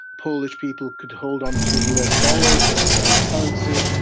polish people could hold onto us dollars and foreign currency.